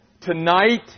tonight